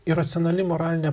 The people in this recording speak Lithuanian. iracionali moralinė